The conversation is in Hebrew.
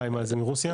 מה עם הזה מרוסיה?